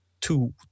two